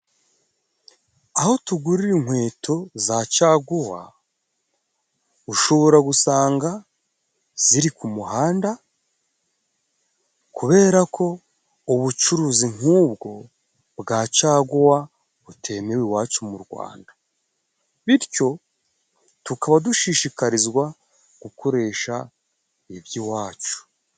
Aho tugurira inkweto za caguwa. Ushobora gusanga ziri ku muhanda kubera ko ubucuruzi nk'ubwo bwa caguwa butemewe iwacu mu Rwanda. Bityo tukaba dushishikarizwa gukoresha iby'iwacu.